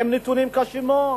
הנתונים קשים מאוד,